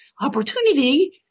opportunity